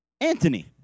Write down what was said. Anthony